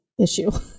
issue